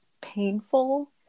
painful